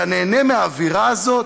אתה נהנה מהאווירה הזאת,